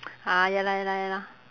ah ya lah ya lah ya lah